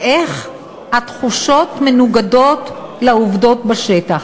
איך התחושות מנוגדות לעובדות בשטח.